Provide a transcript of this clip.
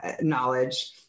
knowledge